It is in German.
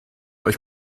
euch